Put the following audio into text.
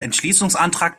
entschließungsantrag